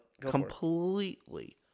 Completely